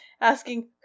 asking